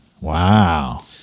Wow